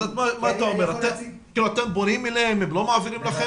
אתם פונים אליהם והם לא מעבירים?